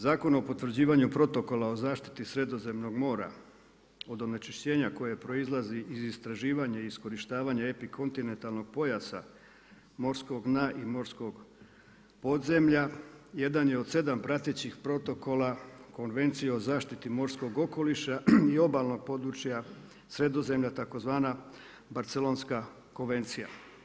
Zakon o potvrđivanju protokola o zaštiti Sredozemnog mora od onečišćenja koje proizlazi iz istraživanja i iskorištavanja epikontinentalnog pojasa, morskog dna i morskog podzemlja jedan je od 7 pratećih protokola Konvencije o zaštiti morskog okoliša i obalnog područja Sredozemlja tzv. Barcelonska konvencija.